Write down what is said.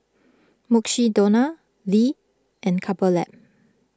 Mukshidonna Lee and Couple Lab